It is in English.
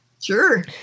Sure